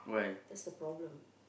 that's the problem